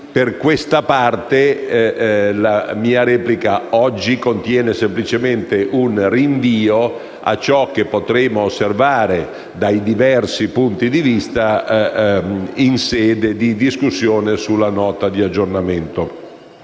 riguardo, la mia replica odierna contiene semplicemente un rinvio a ciò che potremmo osservare, dai nostri diversi punti di vista, in sede di discussione sulla Nota di aggiornamento